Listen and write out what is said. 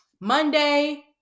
Monday